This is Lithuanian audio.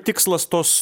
tikslas tos